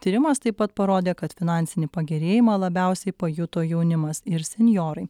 tyrimas taip pat parodė kad finansinį pagerėjimą labiausiai pajuto jaunimas ir senjorai